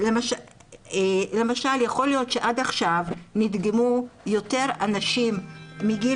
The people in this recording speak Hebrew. למשל יכול להיות שעד עכשיו נדגמו יותר אנשים מגיל